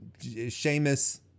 Seamus